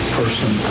person